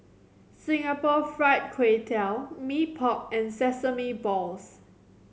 Singapore Fried Kway Tiao Mee Pok and sesame balls